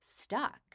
stuck